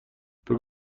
بگو